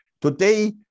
today